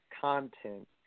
content